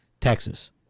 Texas